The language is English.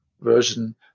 version